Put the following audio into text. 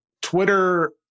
Twitter